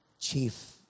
chief